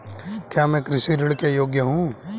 क्या मैं कृषि ऋण के योग्य हूँ?